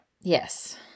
Yes